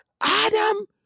Adam